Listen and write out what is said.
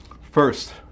first